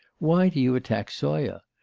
why do you attack zoya?